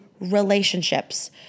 relationships